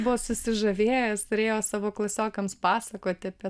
buvo susižavėjęs turėjo savo klasiokams pasakoti apie